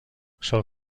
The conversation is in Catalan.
sol